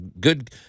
good